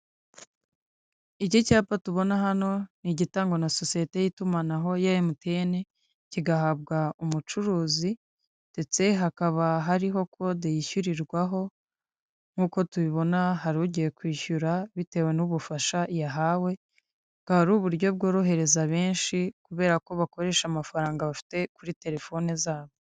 Iki cyapa tubona hano, ni igitangwa na sosiyete y'itumanaho ye MTN, kigahabwa umucuruzi ndetse hakaba hariho kode yishyurirwaho, nk'uko tubibona hari ugiye kwishyura bitewe n'ubufasha yahawe, bukaba ari uburyo bworohereza benshi kubera ko bakoresha amafaranga bafite kuri telefoni zabo.